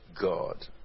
God